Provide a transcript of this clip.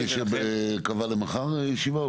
נדמה לי שקבע למחר ישיבה,